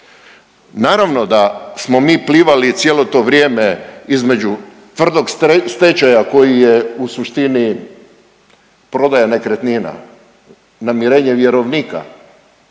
Naravno da smo mi plivali cijelo to vrijeme između tvrdog stečaja koji je u suštini prodaja nekretnina, namirenje vjerovnika,